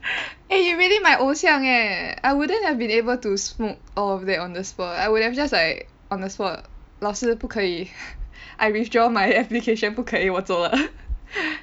eh you really my 偶像 eh I wouldn't have been able to smoke all of that on the spot I would have just like on the spot 老师不可以 I withdraw my application 不可以我走了